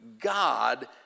God